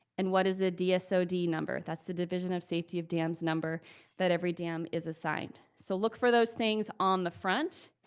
and what is the dsod so number? that's the division of safety of dams number that every dam is assigned. so look for those things on the front,